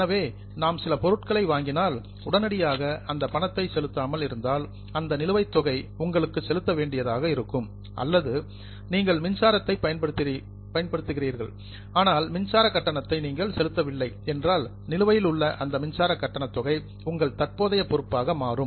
எனவே நாம் சில பொருட்களை வாங்கினால் உடனடியாக அந்தப் பணத்தை செலுத்தாமல் இருந்தால் அந்த நிலுவைத் தொகை உங்களுக்கு செலுத்த வேண்டியதாக இருக்கும் அல்லது நீங்கள் மின்சாரத்தை பயன்படுத்துகிறீர்கள் ஆனால் மின்சார கட்டணத்தை நீங்கள் செலுத்தவில்லை என்றால் நிலுவையில் உள்ள அந்த மின்சார கட்டணத்தொகை உங்கள் தற்போதைய பொறுப்பாக மாறும்